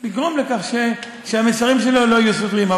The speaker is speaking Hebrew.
לגרום לכך שהמסרים שלו לא יהיו סותרים.